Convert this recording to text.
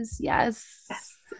Yes